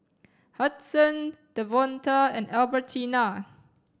Hudson Devonta and Albertina